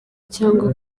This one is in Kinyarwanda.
cyangwa